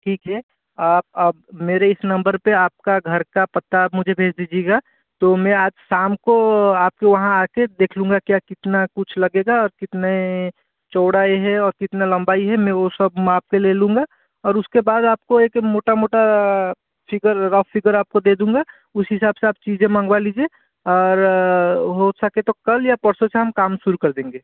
ठीक है आप आप मेरे इस नंबर पे आपका घर का पता मुझे भेज दीजिएगा तो मैं आज शाम को आपके वहाँ आके देख लूँगा क्या कितना कुछ लगेगा और कितने चौड़ाई है और कितना लंबाई है मैं वो सब माप पे ले लूँगा और उसके बाद आपको एक मोटा मोटा फिगर ऑफ फिगर आपको दे दूँगा इस हिसाब से आप चीज़ें मंगवा लीजिए और हो सके तो कल या परसों शाम काम शुरू कर देंगे